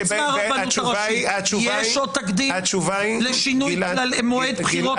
חוץ מהרבנות הראשית יש עוד תקדים לשינוי מועד בחירות?